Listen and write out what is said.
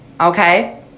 Okay